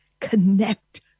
connect